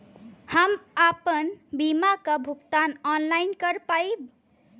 हम आपन बीमा क भुगतान ऑनलाइन कर पाईब?